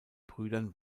brüdern